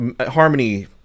Harmony